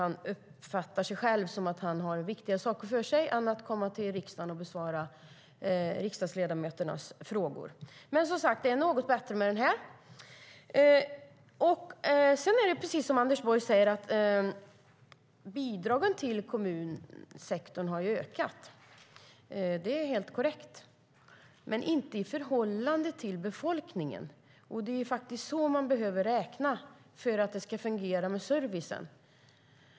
Han uppfattar det som att han har viktigare saker för sig än att komma till riksdagen och besvara riksdagsledamöternas frågor. Men, som sagt, det är något bättre med denna interpellation. Precis som Anders Borg säger har bidragen till kommunsektorn ökat, det är helt korrekt, men inte i förhållande till befolkningen. Det är så man måste räkna för att det ska fungera med servicen.